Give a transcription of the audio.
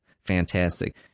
fantastic